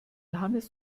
hannes